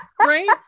Right